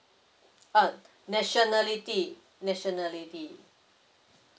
uh nationality nationality